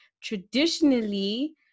traditionally